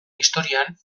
historian